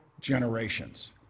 generations